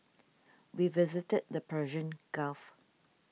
we visited the Persian Gulf